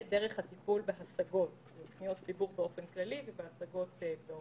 את דרך הטיפול בהשגות מפניות ציבור באופן כללי ובאופן ספציפי.